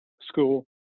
school